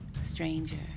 Stranger